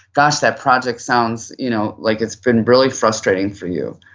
gosh, that project sounds you know like it's been really frustrating for you,